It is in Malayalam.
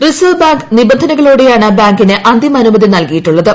റിസർവ് ബാങ്ക് നിബന്ധനകളോടെയാണ് ബാങ്കിന് അന്തിമ അനുമതി നൽകിയിട്ടുള്ളത്